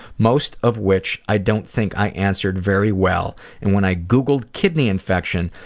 most of which i don't think i answered very well and when i googled kidney infection,